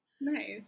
nice